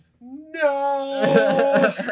No